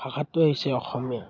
ভাষাটোৱে হৈছে অসমীয়া